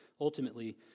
ultimately